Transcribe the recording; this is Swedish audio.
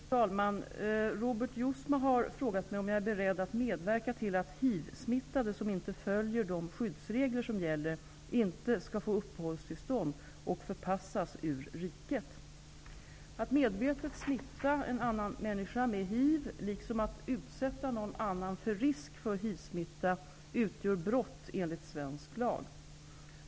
Fru talman! Robert Jousma har frågat mig om jag är beredd att medverka till att hivsmittade, som inte följer de skyddsregler som gäller, inte skall få uppehållstillstånd och förpassas ur riket. Att medvetet smitta en annan människa med hiv, liksom att utsätta någon annan för risk för hivsmitta utgör brott enligt svensk lag.